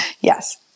Yes